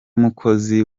mukozi